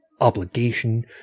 obligation